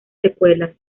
secuelas